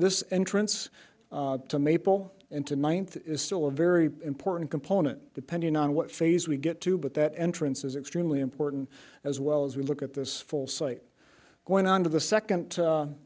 this entrance to maple into ninth is still a very important component depending on what phase we get to but that entrance is extremely important as well as we look at this full site going on to the second